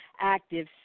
active